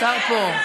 השר פה.